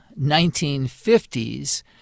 1950s